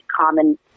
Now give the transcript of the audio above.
common